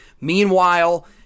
Meanwhile